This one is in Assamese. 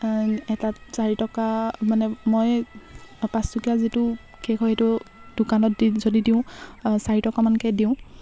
এটাত চাৰি টকা মানে মই পাঁচ টকীয়া যিটো কে'ক হয় সেইটো দোকানত দি যদি দিওঁ চাৰি টকামানকৈ দিওঁ